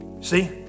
See